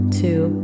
two